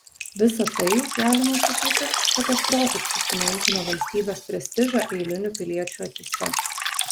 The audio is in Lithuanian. visa tai galima sakyti katastrofiškai sumenkino valstybės prestižą eilinių piliečių akyse